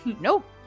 Nope